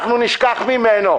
אנחנו נשכח ממנו.